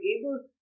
able